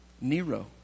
Nero